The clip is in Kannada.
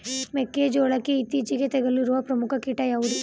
ಮೆಕ್ಕೆ ಜೋಳಕ್ಕೆ ಇತ್ತೀಚೆಗೆ ತಗುಲಿರುವ ಪ್ರಮುಖ ಕೀಟ ಯಾವುದು?